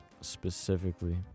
specifically